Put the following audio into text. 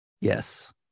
Yes